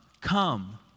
come